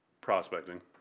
Prospecting